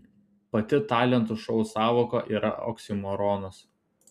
pati talentų šou sąvoka yra oksimoronas